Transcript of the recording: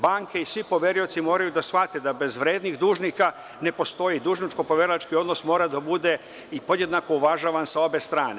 Banke i svi poverioci moraju da shvate da bez vrednih dužnika ne postoji, dužničko-poverilački odnos mora da bude i podjednako važan sa obe strane.